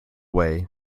way